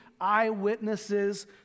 eyewitnesses